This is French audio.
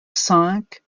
cinq